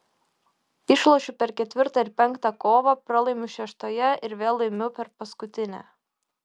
išlošiu per ketvirtą ir penktą kovą pralaimiu šeštoje ir vėl laimiu per paskutinę